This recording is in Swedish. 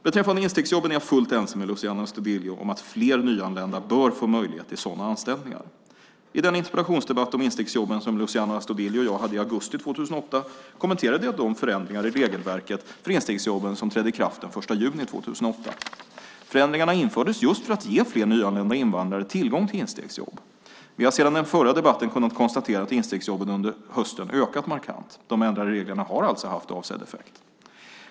Beträffande instegsjobben är jag fullt ense med Luciano Astudillo om att fler nyanlända bör få möjlighet till sådana anställningar. I den interpellationsdebatt om instegsjobben som Luciano Astudillo och jag hade i augusti 2008 kommenterade jag de förändringar i regelverket för instegsjobben som trädde i kraft den 1 juni 2008. Förändringarna infördes just för att ge fler nyanlända invandrare tillgång till instegsjobb. Vi har sedan den förra debatten kunnat konstatera att instegsjobben under hösten ökat markant. De ändrade reglerna har alltså haft avsedd effekt.